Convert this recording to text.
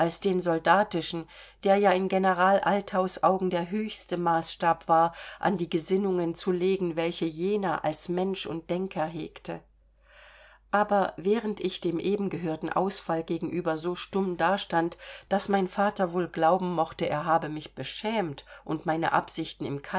den soldatischen der ja in general althaus augen der höchste maßstab war an die gesinnungen zu legen welche jener als mensch und denker hegte aber während ich den eben gehörten ausfall gegenüber so stumm dastand daß mein vater wohl glauben mochte er habe mich beschämt und meine absichten im